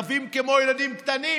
רבים כמו ילדים קטנים,